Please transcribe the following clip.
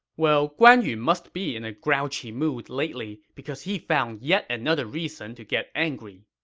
well, guan yu must be in a grouchy mood lately, because he found yet another reason to get angry